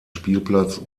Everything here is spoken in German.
spielplatz